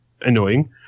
annoying